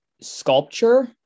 sculpture